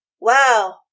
Wow